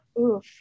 Oof